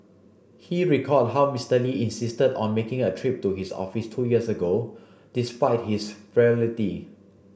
he recalled how Mister Lee insisted on making a trip to his office two years ago despite his frailty